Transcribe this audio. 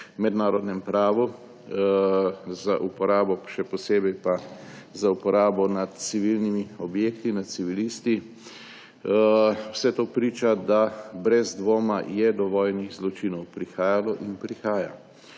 mednarodnem pravu, še posebej pa za uporabo nad civilnimi objekti, nad civilisti. Vse to priča, da je brez dvoma do vojnih zločinov prihajalo in prihaja.